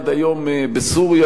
עד היום בסוריה,